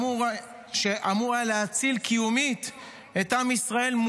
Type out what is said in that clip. שאמור היה להציל קיומית את עם ישראל,